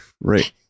Right